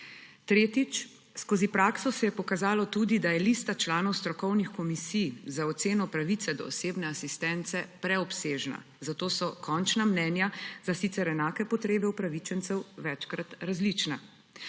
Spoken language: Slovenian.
Tretjič, skozi prakso se je pokazalo tudi, da je lista članov strokovnih komisij za oceno pravice do osebne asistence preobsežna, zato so končna mnenja za sicer enake potrebe upravičencev večkrat različna,